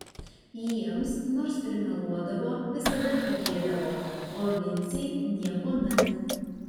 jiems nors ir meluodavo visada tikėdavo o vincei niekuomet